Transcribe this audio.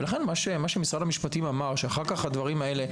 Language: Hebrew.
לכן מה שמשרד המשפטים אמר ושוב,